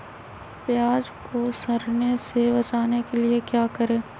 प्याज को सड़ने से बचाने के लिए क्या करें?